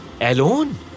Alone